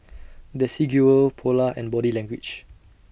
Desigual Polar and Body Language